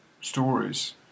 stories